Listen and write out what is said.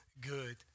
good